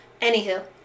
Anywho